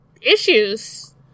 issues